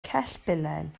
cellbilen